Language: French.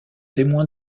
témoin